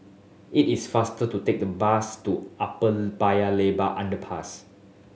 it is faster to take the bus to Upper Paya Lebar Underpass